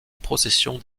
procession